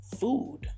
food